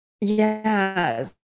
yes